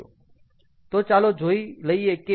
તો ચાલો જોઈ લઈએ કે આજે આપણે શેના વિશે ચર્ચા કરી